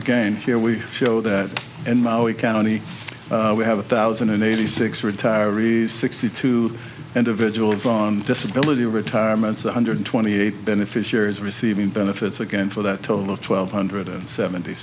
again here we show that in maui county we have a thousand and eighty six retirees sixty two individuals on disability retirement one hundred twenty eight beneficiaries receiving benefits again for that total of twelve hundred seventy